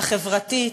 החברתית,